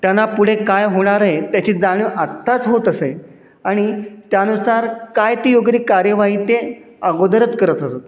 त्यांना पुढे काय होणार आहे त्याची जाणीव आत्ताच होत असे आणि त्यानुसार काय ती योग्य ती कार्यवाही ते अगोदरच करत असत